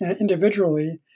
individually